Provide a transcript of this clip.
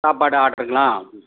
சாப்பாடு ஆர்ட்ருங்களா